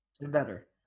better